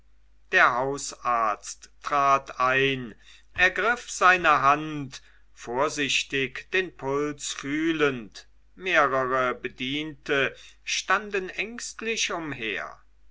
der hausarzt trat ein ergriff seine hand vorsichtig den puls fühlend mehrere bediente standen ängstlich umher